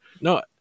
No